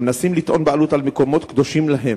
המנסים לטעון לבעלות על מקומות קדושים להם,